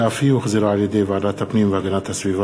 שהחזירה ועדת הפנים והגנת הסביבה.